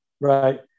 Right